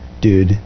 dude